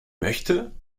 möchte